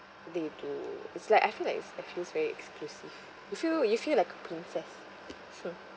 they do it's like I feel like it's I feel very exclusive you feel you feel like a princess